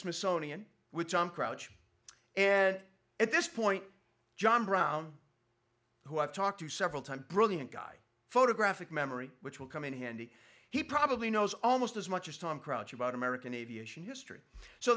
smithsonian which i'm crouch and at this point john brown who i've talked to several times brilliant guy photographic memory which will come in handy he probably knows almost as much as tom crouch about american aviation history so